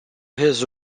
his